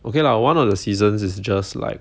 okay lah one of the seasons is just like